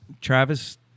Travis